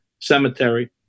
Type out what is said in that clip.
Cemetery